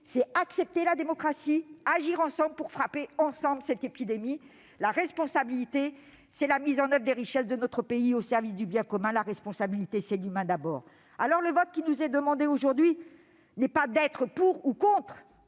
c'est accepter la démocratie, agir ensemble pour frapper ensemble cette épidémie. La responsabilité, c'est la mise en service des richesses de notre pays au service du bien commun. La responsabilité, c'est l'humain d'abord. Ce qui nous est demandé aujourd'hui par notre vote, ce n'est pas d'être pour ou contre